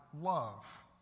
love